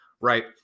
right